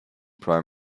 prime